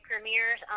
premieres